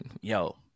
Yo